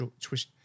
twist